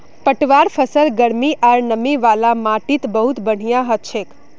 पटवार फसल गर्मी आर नमी वाला माटीत बहुत बढ़िया हछेक